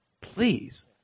Please